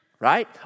Right